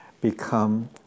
become